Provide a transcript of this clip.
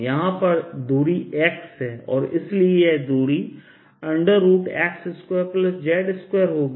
यहाँ पर दूरी x है और इसलिए यह दूरीx2z2होगी